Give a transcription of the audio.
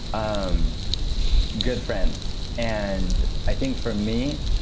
um good friends. and i think for me,